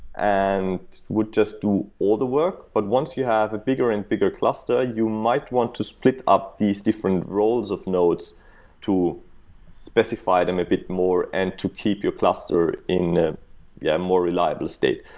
and would just do all the work. but once you have a bigger and bigger cluster, you might want to split up these different roles of nodes to specify them a bit more and to keep your cluster in a yeah more reliable state.